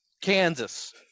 Kansas